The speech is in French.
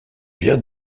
viens